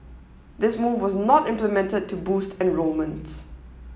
this move was not implemented to boost enrolment